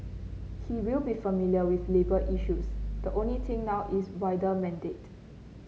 he will be familiar with labour issues the only thing now is wider mandate